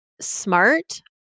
smart